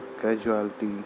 casualty